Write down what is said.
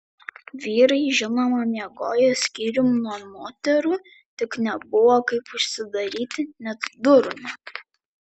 vyrai žinoma miegojo skyrium nuo moterų tik nebuvo kaip užsidaryti net durų nebuvo